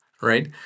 right